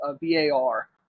VAR